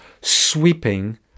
sweeping